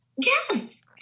yes